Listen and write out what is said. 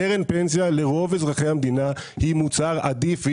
קרן פנסיה לרוב אזרחי המדינה היא מוצר עדיף והיא